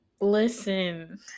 Listen